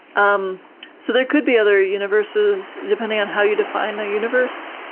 um so there could be other universes depending on how you define a universe,